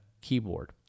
keyboard